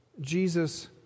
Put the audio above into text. Jesus